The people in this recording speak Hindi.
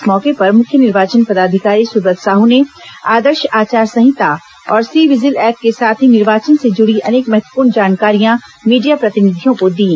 इस मौके पर मुख्य निर्वाचन पदाधिकारी सुब्रत साह ने आदर्श आचार संहिता और सी विजिल ऐप के साथ ही निर्वाचन से जुड़ी अनेक महत्वपूर्ण जानकारियां मीडिया प्रतिनिधियों को दीं